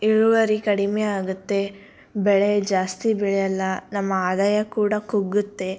ಇಳುವರಿ ಕಡಿಮೆ ಆಗುತ್ತೆ ಬೆಳೆ ಜಾಸ್ತಿ ಬೆಳ್ಯೋಲ್ಲ ನಮ್ಮ ಆದಾಯ ಕೂಡ ಕುಗ್ಗುತ್ತೆ